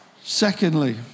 Secondly